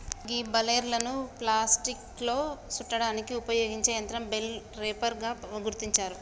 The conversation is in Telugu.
గీ బలేర్లను ప్లాస్టిక్లో సుట్టడానికి ఉపయోగించే యంత్రం బెల్ రేపర్ గా గుర్తించారు